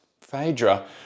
Phaedra